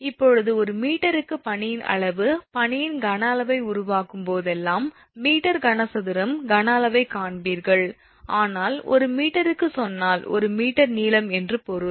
இப்போது ஒரு மீட்டருக்கு பனியின் அளவு பனியின் கன அளவை உருவாக்கும் போதெல்லாம் மீட்டர் கனசதுரம் கன அளவைக் காண்பீர்கள் ஆனால் ஒரு மீட்டருக்குச் சொன்னால் 1 மீட்டர் நீளம் என்று பொருள்